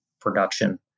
production